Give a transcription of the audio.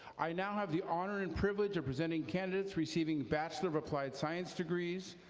i now have the honor and privilege of presenting candidates receiving bachelor of applied science degrees,